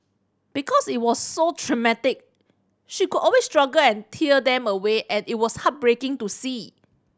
because it was so traumatic she would always struggle and tear them away and it was heartbreaking to see